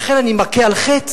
לכן אני מכה על חטא,